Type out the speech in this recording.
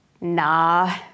nah